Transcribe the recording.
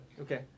Okay